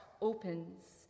opens